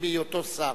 בהיותו שר.